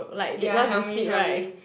like they want to sleep right